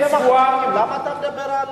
למה אתה מדבר על,